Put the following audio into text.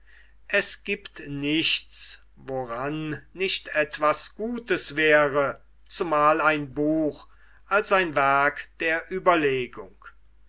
es giebt nichts woran nicht etwas gutes wäre zumal ein buch als ein werk der ueberlegung